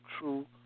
true